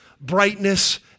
brightness